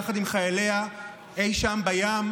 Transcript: יחד עם חייליה אי שם בים,